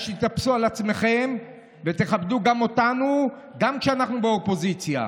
כדאי שתתאפסו על עצמכם ותכבדו אותנו גם כשאנחנו באופוזיציה.